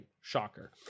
Shocker